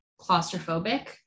claustrophobic